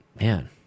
Man